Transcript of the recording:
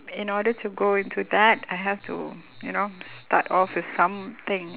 in order to go into that I have to you know start off with something